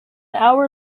hour